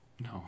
no